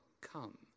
come